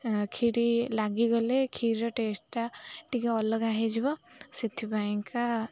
କ୍ଷୀରି ଲାଗିଗଲେ କ୍ଷୀର ଟେଷ୍ଟଟା ଟିକେ ଅଲଗା ହୋଇଯିବ ସେଥିପାଇଁକା